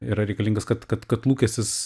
yra reikalingas kad kad kad lūkestis